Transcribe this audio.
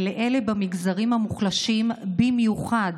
ולאלה במגזרים המוחלשים במיוחד,